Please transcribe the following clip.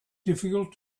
difficult